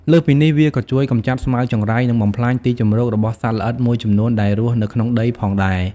លើសពីនេះ វាក៏ជួយកម្ចាត់ស្មៅចង្រៃ និងបំផ្លាញទីជម្រករបស់សត្វល្អិតមួយចំនួនដែលរស់នៅក្នុងដីផងដែរ។